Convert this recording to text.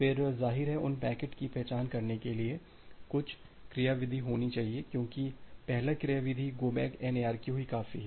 फिर जाहिर है उन पैकेटों की पहचान करने के लिए कुछ क्रियाविधि होना चाहिए क्योंकि पहला क्रियाविधिगो बैक N ARQ ही काफी है